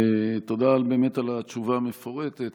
תודה על התשובה הבאמת-מפורטת.